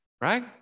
Right